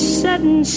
sudden